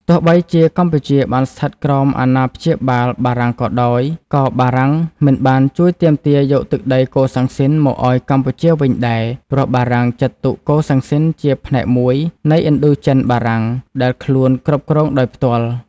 ទោះបីជាកម្ពុជាបានស្ថិតក្រោមអាណាព្យាបាលបារាំងក៏ដោយ ក៏បារាំងមិនបានជួយទាមទារយកទឹកដីកូសាំងស៊ីនមកឱ្យកម្ពុជាវិញដែរ ព្រោះបារាំងចាត់ទុកកូសាំងស៊ីនជាផ្នែកមួយនៃ ឥណ្ឌូចិនបារាំង ដែលខ្លួនគ្រប់គ្រងដោយផ្ទាល់។